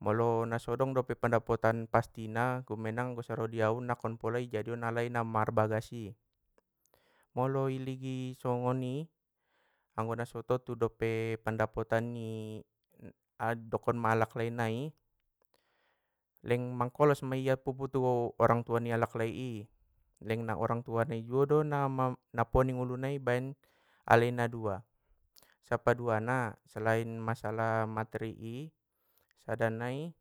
molo nasoadaong dope pandapotan pastina um denggan saro di au nakkon pola i jadion alai na marbagas i, molo i ligin songoni, anggo na so tontu dope pandapotan ni dokon ma ni alak lai nai lengmangkolos mai pupu tu orang tua ni alak lai i leng na orang tua nia juo do poning ulu nai baen alai na dua na, sapaduana selain masalah materi i sada nai,